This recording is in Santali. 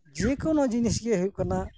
ᱡᱮᱠᱳᱱᱳ ᱡᱤᱱᱤᱥ ᱜᱮ ᱦᱩᱭᱩᱜ ᱠᱟᱱᱟ